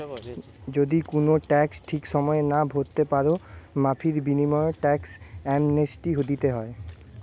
যদি কুনো ট্যাক্স ঠিক সময়ে না ভোরতে পারো, মাফীর বিনিময়ও ট্যাক্স অ্যামনেস্টি দিতে হয়